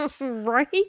Right